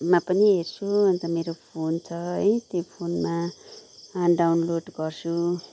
मा पनि हेर्छु अन्त मेरो फोन छ है त्यही फोनमा डाउनलोड गर्छु